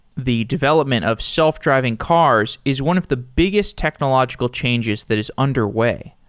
the development of self-driving cars is one of the biggest technological changes that is underway.